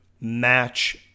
match